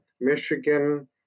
Michigan